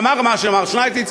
אמר מה שאמר שטייניץ,